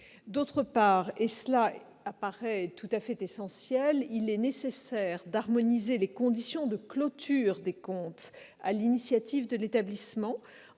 D'autre part, et cela apparaît tout à fait essentiel, il est nécessaire d'harmoniser les conditions de clôture des comptes à l'initiative de l'établissement,